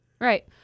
Right